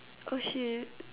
oh shit